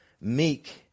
meek